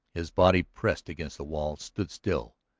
his body pressed against the wall, stood still,